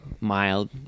mild